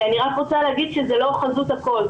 אני רוצה להגיד שזה לא חזות הכל.